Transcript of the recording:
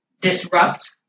disrupt